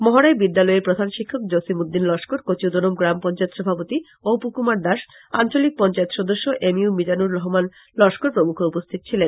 মহড়ায় বিদ্যালয়ের প্রধান শিক্ষক জসিম উদ্দিন লস্কর কচুদরম গ্রাম পঞ্চায়েত সভাপতি অপু কুমার দাস আঞ্চলিক পঞ্চায়েত সদস্য এম ইউ মিজানুর রহমান লস্কর প্রমূখ উপস্থিত ছিলেন